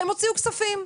הם הוציאו כספים.